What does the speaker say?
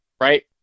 right